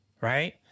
Right